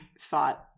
thought